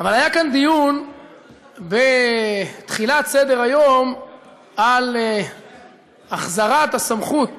אבל היה כאן דיון בתחילת סדר-היום על החזרת הסמכות